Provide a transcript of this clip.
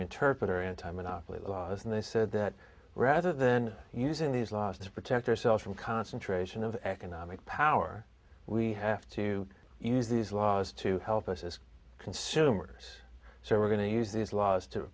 interpret our anti monopoly laws and they said that rather than using these laws to protect ourselves from concentration of economic power we have to use these laws to help us as consumers so we're going to use these laws to